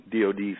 DOD